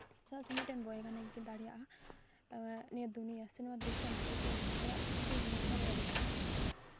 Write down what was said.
ᱪᱮᱫᱟᱜ ᱥᱮ ᱢᱤᱫᱴᱮᱱ ᱵᱳᱭᱜᱟᱱᱤᱠ ᱜᱮᱭ ᱫᱟᱲᱮᱭᱟᱜᱼᱟ ᱱᱤᱭᱟᱹ ᱫᱩᱱᱤᱭᱟᱹ ᱥᱮ ᱱᱤᱭᱟᱹ ᱫᱤᱥᱚᱢ ᱟᱭᱟᱜ ᱛᱤ ᱢᱩᱴᱷᱳ ᱨᱮᱭ ᱟᱹᱜᱩ ᱫᱟᱲᱮᱭᱟᱜᱼᱟ